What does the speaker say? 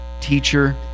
teacher